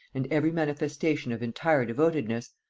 and every manifestation of entire devotedness,